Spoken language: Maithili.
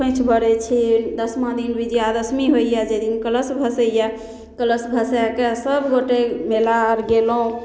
खोञ्छि भरय छी दसमा दिन विजयादशमी होइए जाहि दिन कलश भँसैए कलश भसाकऽ सभगोटे मेला आर गेलहुँ